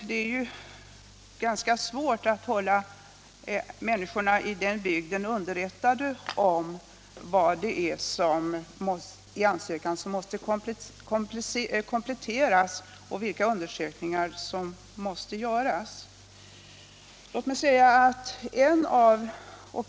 Det är ju ganska svårt att hålla människorna i bygden underrättade om vad som måste kompletteras och vilka undersökningar som måste göras.